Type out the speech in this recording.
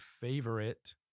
favorite